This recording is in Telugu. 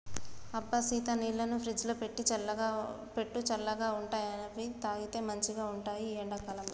అబ్బ సీత నీళ్లను ఫ్రిజ్లో పెట్టు చల్లగా ఉంటాయిఅవి తాగితే మంచిగ ఉంటాయి ఈ ఎండా కాలంలో